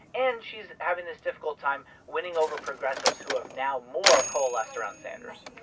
and she's having this difficult time winning over progressives who have now more coalesced around sanders